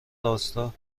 راستا